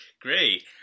Great